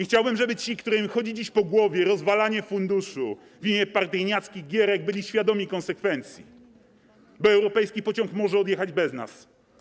Chciałbym, żeby ci, którym chodzi dziś po głowie rozwalanie funduszu w imię partyjniackich gierek, byli świadomi konsekwencji, bo europejski pociąg może odjechać bez nas.